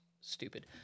stupid